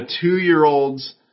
two-year-old's